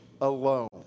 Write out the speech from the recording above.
alone